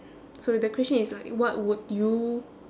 so the question is like what would you